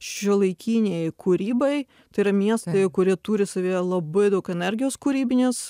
šiuolaikinei kūrybai tai yra miestai kurie turi savyje labai daug energijos kūrybinės